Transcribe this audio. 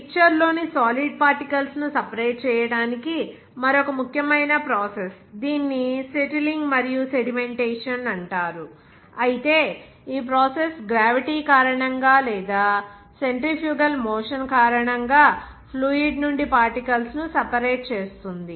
mixture లోని solid particles ను separate చేయడానికి మరొక ముఖ్యమైన ప్రాసెస్ దీనిని సెటిలింగ్ మరియు సెడిమెంటేషన్ అంటారు అయితే ఈ ప్రాసెస్ గ్రావిటీ కారణంగా లేదా సెంట్రిఫ్యూగల్ మోషన్ కారణంగా ఫ్లూయిడ్ నుండి పార్టికల్స్ ను సెపరేట్ చేస్తుంది